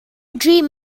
dream